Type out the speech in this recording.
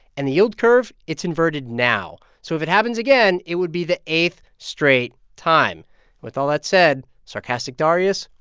and the yield curve it's inverted now. so if it happens again, it would be the eighth straight time with all that said, sarcastic darius,